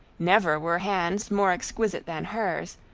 never were hands more exquisite than hers,